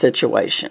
situation